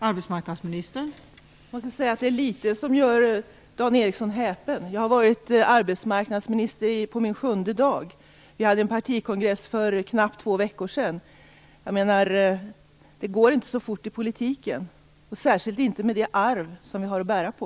Fru talman! Jag måste säga att det är litet som gör Dan Ericsson häpen. Jag är inne på min sjunde dag som arbetsmarknadsminister. Vi hade en partikongress för knappt två veckor sedan. Det går inte så fort i politiken, och särskilt inte med det arv vi har att bära på.